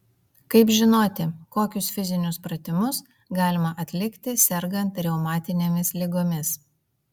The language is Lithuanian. kaip žinoti kokius fizinius pratimus galima atlikti sergant reumatinėmis ligomis